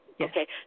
Okay